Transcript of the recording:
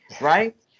right